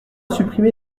supprimé